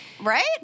right